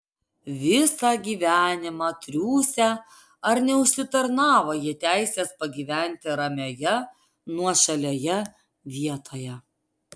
visą gyvenimą triūsę ar neužsitarnavo jie teisės pagyventi ramioje nuošalioje vietoje